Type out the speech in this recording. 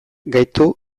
gaitu